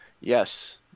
Yes